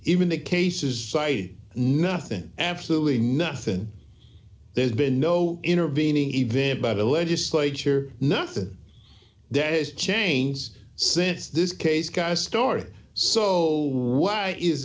even the cases cited nothing absolutely nothing there's been no intervening event by the legislature nothing that has chains since this case guy's story so why is